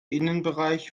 innenbereich